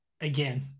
again